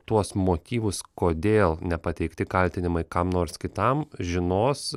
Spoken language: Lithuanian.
tuos motyvus kodėl nepateikti kaltinimai kam nors kitam žinos